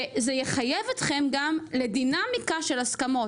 וזה יחייב אתכם גם לדינאמיקה של הסכמות.